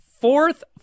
fourth